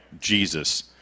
jesus